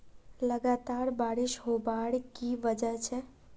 लगातार बारिश होबार की वजह छे?